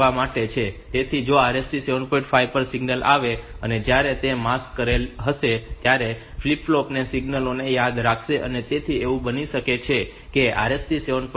5 પર સિગ્નલ આવે અને જ્યારે તે માસ્ક કરેલ હશે ત્યારે ફ્લિપ ફ્લોપ તે સિગ્નલો ને યાદ રાખશે તેથી એવું બની શકે કે RST 7